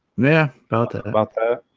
yeah about that about that